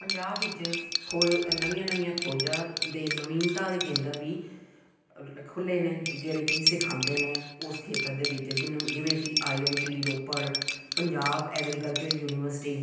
ਪੰਜਾਬ ਵਿੱਚ ਖੋ ਨਵੀਆਂ ਨਵੀਆਂ ਖੋਜਾਂ ਦੇ ਨਵੀਨਤਾ ਦੇ ਕੇਂਦਰ ਵੀ ਖੁੱਲ੍ਹੇ ਨੇ ਜਿਹੜੇ ਕਿ ਸਿਖਾਂਦੇ ਨੇ ਉਸ ਖੇਤਰ ਦੇ ਵਿੱਚ ਜਿਨ ਜਿਵੇਂ ਕਿ I I T Ropar Punjab agriculture university